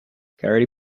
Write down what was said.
gary